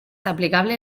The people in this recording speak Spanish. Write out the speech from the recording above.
aplicable